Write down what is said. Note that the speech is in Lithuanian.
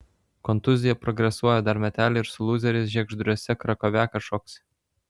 kontuzija progresuoja dar meteliai ir su lūzeriais žiegždriuose krakoviaką šoksi